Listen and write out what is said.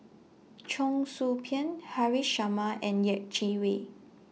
Cheong Soo Pieng Haresh Sharma and Yeh Chi Wei